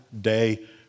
day